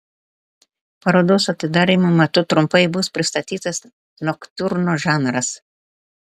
parodos atidarymo metu trumpai bus pristatytas noktiurno žanras